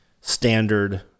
standard